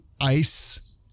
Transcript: ice